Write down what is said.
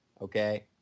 okay